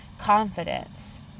Confidence